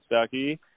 Stucky